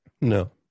no